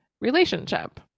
relationship